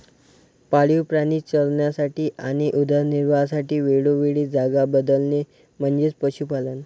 पाळीव प्राणी चरण्यासाठी आणि उदरनिर्वाहासाठी वेळोवेळी जागा बदलणे म्हणजे पशुपालन